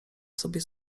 sobie